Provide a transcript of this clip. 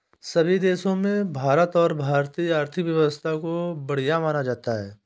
सभी देशों में भारत और भारतीय आर्थिक व्यवस्था को बढ़िया माना जाता है